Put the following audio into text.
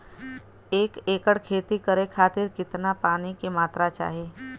एक एकड़ खेती करे खातिर कितना पानी के मात्रा चाही?